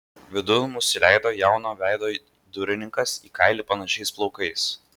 vidun mus įleido jauno veido durininkas į kailį panašiais plaukais